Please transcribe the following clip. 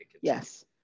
Yes